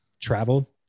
Travel